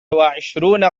وعشرون